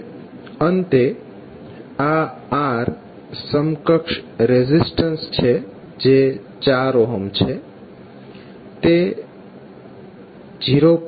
હવે અંતે આ R સમકક્ષ રેઝિસ્ટન્સ જે 4 છે તે 0